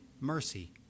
mercy